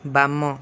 ବାମ